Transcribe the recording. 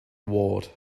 ward